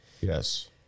Yes